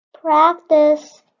Practice